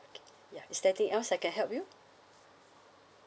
okay ya is there anything else I can help you